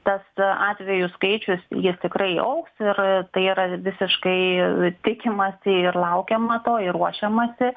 tas atvejų skaičius jis tikrai augs ir tai yra visiškai tikimasi ir laukiama to ir ruošiamasi